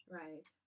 right